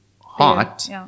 hot